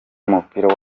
w’umupira